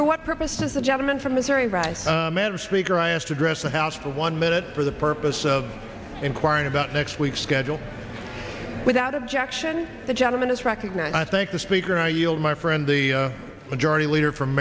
for what purposes the gentleman from missouri right madam speaker i asked addressed the house for one minute for the purpose of inquiring about next week schedule without objection the gentleman is recognized i think the speaker i yield my friend the majority leader from